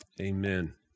Amen